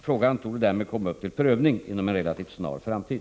Frågan torde därmed komma upp till prövning inom en relativt snar framtid.